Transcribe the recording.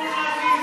צאו לנו מהכיס.